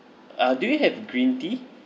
uh do you have green tea